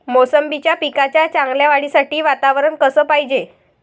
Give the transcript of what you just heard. मोसंबीच्या पिकाच्या चांगल्या वाढीसाठी वातावरन कस पायजे?